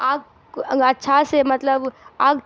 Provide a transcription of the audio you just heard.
آگ اچھا سے مطلب آگ